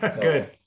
good